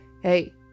hey